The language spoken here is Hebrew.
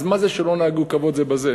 אז מה זה, "שלא נהגו כבוד זה בזה"?